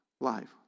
life